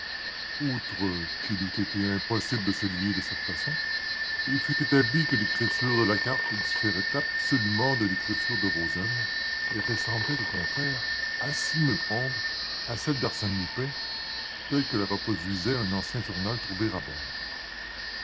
lui eût été impossible de se lier de cette façon il fut établi que l'écriture de la carte différait absolument de l'écriture de rozaine et ressemblait au contraire à s'y méprendre à celle d'arsène lupin telle que la reproduisait un ancien journal trouvé